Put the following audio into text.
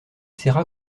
serra